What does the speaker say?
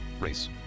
race